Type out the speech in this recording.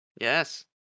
yes